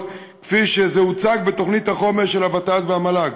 כפי שזה הוצג בתוכנית החומש של הוות"ת והמל"ג.